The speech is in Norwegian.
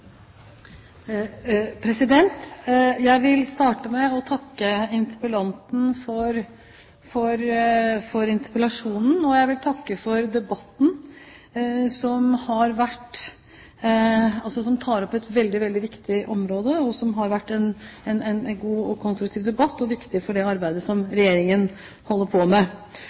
Jeg vil starte med å takke interpellanten for interpellasjonen, og jeg vil takke for debatten, som tar opp et veldig viktig område. Det har vært en god og konstruktiv debatt som er viktig for det arbeidet som Regjeringen holder på med.